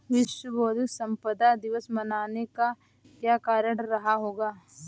विश्व बौद्धिक संपदा दिवस मनाने का क्या कारण रहा होगा?